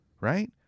right